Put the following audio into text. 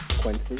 Quincy